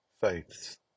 faiths